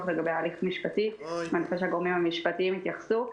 לגביה הליך משפטי ואני רוצה שהגורמים המשפטיים יתייחסו,